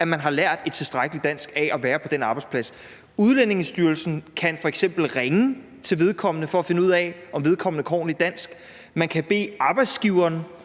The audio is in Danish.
at man har lært et tilstrækkeligt dansk ved at være på den arbejdsplads. Udlændingestyrelsen kan f.eks. ringe til vedkommende for at finde ud af, om vedkommende kan ordentligt dansk. Man kan bede arbejdsgiveren